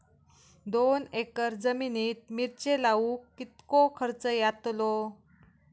दोन एकर जमिनीत मिरचे लाऊक कितको खर्च यातलो?